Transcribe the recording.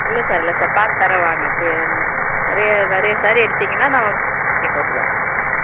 இல்லை சார் இல்லை சார் பார்த்துத் தரேன் வாங்க இப்போ நிறைய நிறைய ஸேரீ எடுத்தீங்கன்னா நான் பண்ணி போட்டுத்தரேன்